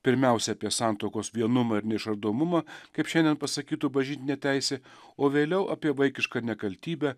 pirmiausia apie santuokos vienumą ir neišardomumą kaip šiandien pasakytų bažnytinė teisė o vėliau apie vaikišką nekaltybę